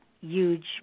huge